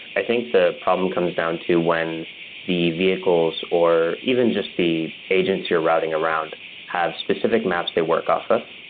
i think the problem comes down to when the vehicles or even just the agents you're routing around have specific maps they work off of,